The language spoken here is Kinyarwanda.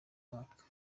mwaka